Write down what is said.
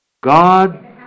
God